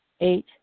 Eight